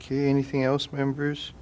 key anything else members